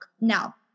Now